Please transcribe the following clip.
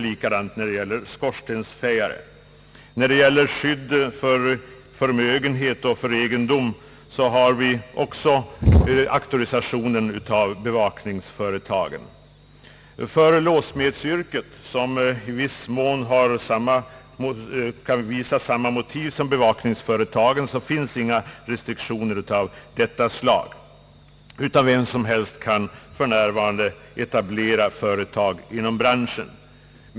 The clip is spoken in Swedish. I fråga om skydd för förmögenhet och egendom har vi också auktorisation av bevakningsföretagen. För låssmedsyrket, som i viss mån kan visa samma motiv för auktorisation som bevakningsföretagen, finns inga restriktioner av detta slag, utan vem som helst kan för närvarande etablera företag inom branschen.